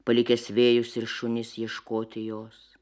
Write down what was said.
palikęs vėjus ir šunis ieškoti jos